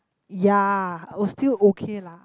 ya oh still okay lah